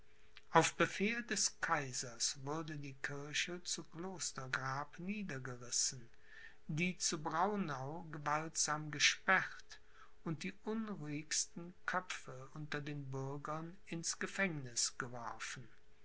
auf befehl des kaisers wurde die kirche zu klostergrab niedergerissen die zu braunau gewaltsam gesperrt und die unruhigsten köpfe unter den bürgern ins gefängniß geworfen